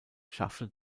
schaffte